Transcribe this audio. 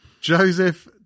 Joseph